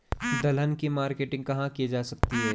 दलहन की मार्केटिंग कहाँ की जा सकती है?